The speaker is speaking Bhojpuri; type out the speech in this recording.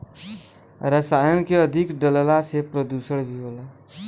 रसायन के अधिक डलला से प्रदुषण भी होला